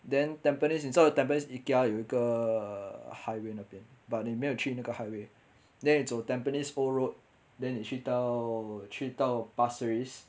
then tampines 你知道 tampines ikea 有一个 highway 那边 but 你没有去那个 highway then 你走 tampines old road then 你去到去到 pasir ris